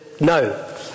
no